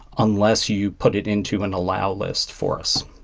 unless you put it into an allow list for us